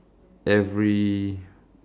every